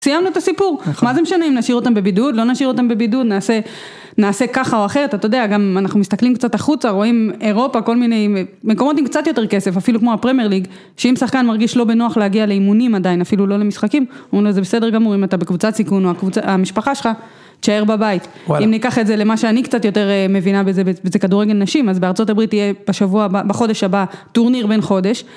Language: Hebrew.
סיימנו את הסיפור, מה זה משנה אם נשאיר אותם בבידוד, לא נשאיר אותם בבידוד, נעשה ככה או אחרת, אתה יודע, גם אנחנו מסתכלים קצת החוצה, רואים אירופה, כל מיני מקומות עם קצת יותר כסף, אפילו כמו הפרמייר ליג, שאם שחקן מרגיש לא בנוח להגיע לאימונים עדיין, אפילו לא למשחקים, אומרים לו זה בסדר גמור, אם אתה בקבוצת סיכון או המשפחה שלך, תשאר בבית, אם ניקח את זה למה שאני קצת יותר מבינה, וזה כדורגל נשים, אז בארה״ב תהיה בשבוע, בחודש הבא, טורניר בן חודש